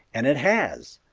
and it has!